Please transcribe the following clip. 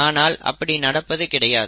ஆனால் அப்படி நடப்பது கிடையாது